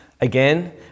again